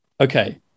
Okay